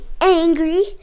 angry